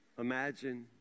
imagine